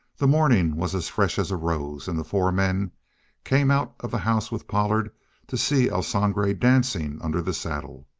the morning was as fresh as a rose, and the four men came out of the house with pollard to see el sangre dancing under the saddle.